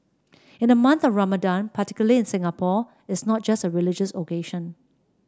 in the month of Ramadan particular in Singapore it's not just a religious occasion